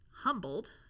humbled